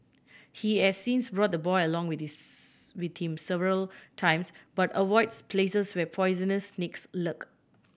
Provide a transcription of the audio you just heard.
he has since brought the boy along with with him several times but avoids places where poisonous snakes lurk